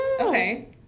Okay